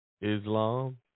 Islam